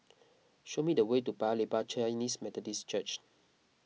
show me the way to Paya Lebar Chinese Methodist Church